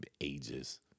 ages